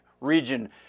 region